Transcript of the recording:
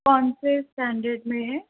कौन से इस्टैंडर्ड में है